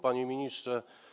Panie Ministrze!